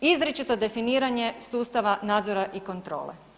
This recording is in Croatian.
izričito definiranje sustava nadzora i kontrole.